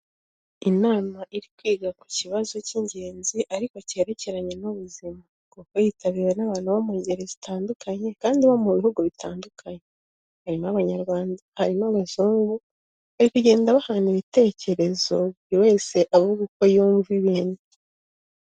Inama iri kwiga ku kibazo cy'ingenzi ariko cyerekeranye n'ubuzima. Kuva yitabiriwe n'abantu bo mu ngeri zitandukanye kandi bo mu bihugu bitandukanye. Harimo abanyarwanda, harimo abazungu bari kugenda bahana ibitekerezo buri wese avuga uko yumva ibintu.